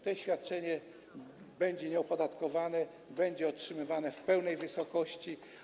To świadczenie będzie nieopodatkowane, będzie otrzymywane w pełnej wysokości.